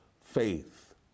faith